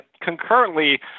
concurrently